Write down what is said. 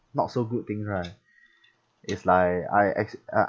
not so good thing right it's like I ex~ I